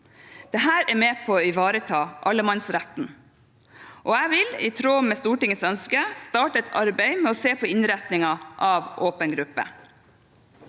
Dette er med på å ivareta allemannsretten. Jeg vil, i tråd med Stortingets ønske, starte et arbeid med å se på innretningen av åpen gruppe.